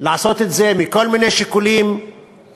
לעשות את זה, מכל מיני שיקולים שלהם,